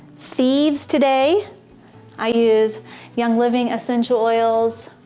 thieves today i use young living essential oils.